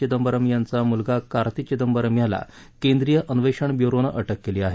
चिदंबरम यांचा मुलगा कार्ती चिदंबरम याला केंद्रीय अन्वेषण ब्यूरोने अटक केली आहे